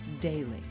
daily